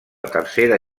tercera